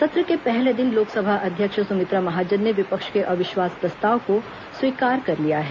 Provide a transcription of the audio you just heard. सत्र के पहले दिन लोकसभा अध्यक्ष सुमित्रा महाजन ने विपक्ष के अविश्वास प्रस्ताव को स्वीकार कर लिया है